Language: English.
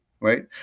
right